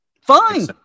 Fine